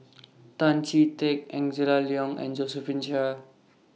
Tan Chee Teck Angela Liong and Josephine Chia